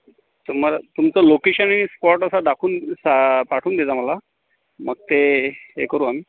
तुम्हाला तुमचं लोकेशन आणि स्पॉट असा दाखवून सा पाठवून देसाल आम्हाला मग ते हे हे करू आम्ही